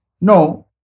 No